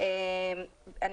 בכפוף כמובן לשינויים טכניים?